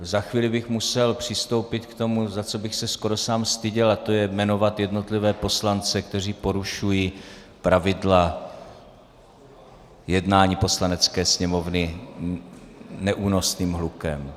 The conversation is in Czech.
Za chvíli bych musel přistoupit k tomu, za co bych se skoro sám styděl, a to jmenovat jednotlivé poslance, kteří porušují pravidla jednání Poslanecké sněmovny neúnosným hlukem.